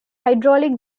hydraulic